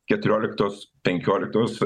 keturioliktos penkioliktos